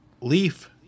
leaf